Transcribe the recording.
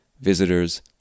visitors